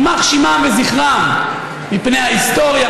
יימח שמם וזכרם מפני ההיסטוריה,